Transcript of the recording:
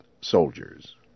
soldiers